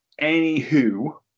Anywho